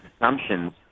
assumptions